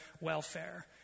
welfare